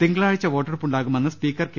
തിങ്കളാഴ്ച വോട്ടെടുപ്പ് ഉണ്ടാകുമെന്ന് സ്പീക്കർ കെ